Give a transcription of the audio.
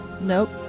Nope